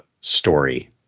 story